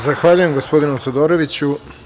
Zahvaljujem gospodinu Todoroviću.